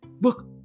look